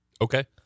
Okay